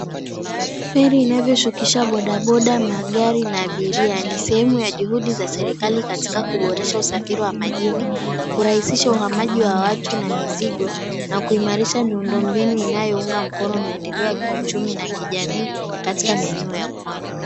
Feri inavyoshukisha bodaboda, magari na abiria ni sehemu ya juhudi za serikali katika kuboresha usafiri wa majini kurahisisha uhamaji wa watu na mizigo na kuimarisha miundo mbinu inayounga mkono maendeleo ya kiuchumi na kijamii katika maeneo ya pwani.